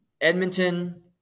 Edmonton